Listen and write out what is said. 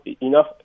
enough